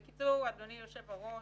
בקיצור, אדוני היושב ראש,